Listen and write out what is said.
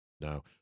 No